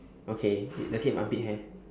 okay does he have armpit hair